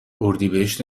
اردیبهشت